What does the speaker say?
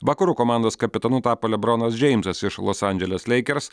vakarų komandos kapitonu tapo le bronas džeimsas iš los andželės leikers